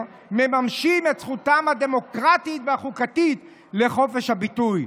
מממשים את זכותם הדמוקרטית והחוקתית לחופש הביטוי".